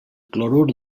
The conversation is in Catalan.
clorur